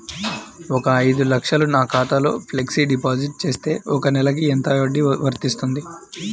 ఒక ఐదు లక్షలు నా ఖాతాలో ఫ్లెక్సీ డిపాజిట్ చేస్తే ఒక నెలకి ఎంత వడ్డీ వర్తిస్తుంది?